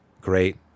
Great